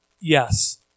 Yes